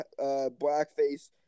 blackface